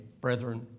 brethren